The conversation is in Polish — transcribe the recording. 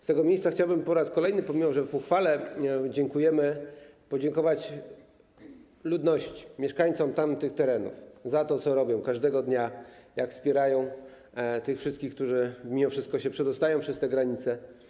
Z tego miejsca chciałbym po raz kolejny, pomimo że w uchwale dziękujemy, podziękować ludności, mieszkańcom tamtych terenów za to, co robią każdego dnia, jak wspierają tych wszystkich, którzy mimo wszystko przedostają się przez granicę.